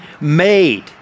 made